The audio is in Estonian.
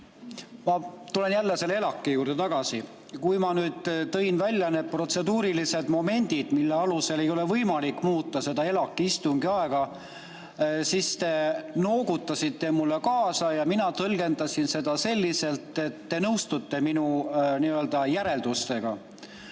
Ma tulen jälle ELAK-i juurde tagasi. Kui ma tõin välja need protseduurilised momendid, mille alusel ei ole võimalik muuta ELAK-i istungi aega, siis te noogutasite mulle kaasa ja mina tõlgendasin seda selliselt, et te nõustute minu nii-öelda järeldustega.